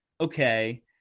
okay